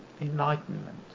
enlightenment